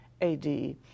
AD